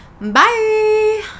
Bye